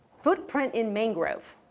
footprint in mangrove,